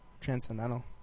transcendental